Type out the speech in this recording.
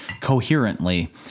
coherently